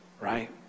Right